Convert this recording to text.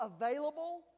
available